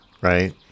right